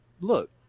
Look